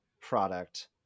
product